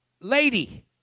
lady